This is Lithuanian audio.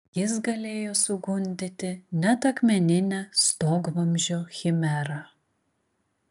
jis galėjo sugundyti net akmeninę stogvamzdžio chimerą